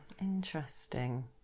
interesting